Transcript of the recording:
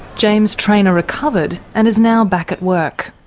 james traynor recovered and is now back at work.